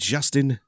Justin